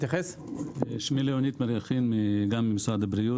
שמי לאוניד מריאכין ממשרד הבריאות,